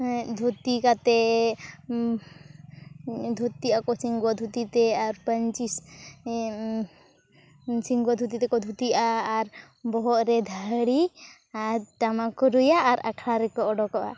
ᱫᱷᱩᱛᱤ ᱠᱟᱛᱮᱫ ᱫᱷᱩᱛᱤ ᱟᱠᱚ ᱥᱤᱝᱜᱚ ᱫᱷᱩᱛᱤᱛᱮ ᱟᱨ ᱯᱟᱹᱧᱪᱤ ᱥᱤᱝᱜᱚ ᱫᱷᱩᱛᱤᱛᱮ ᱠᱚ ᱫᱷᱩᱛᱤᱼᱟ ᱟᱨ ᱵᱚᱦᱚᱜᱨᱮ ᱫᱷᱟᱹᱲᱤ ᱴᱟᱢᱟᱠ ᱠᱚ ᱨᱩᱭᱟ ᱟᱨ ᱟᱠᱷᱲᱟᱨᱮ ᱠᱚ ᱚᱰᱳᱠᱚᱜᱼᱟ